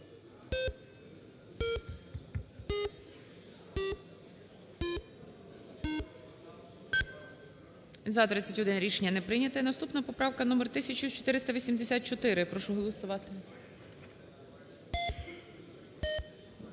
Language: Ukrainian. За-30 Рішення не прийняте. І наступна поправка номер 1477. Прошу голосувати.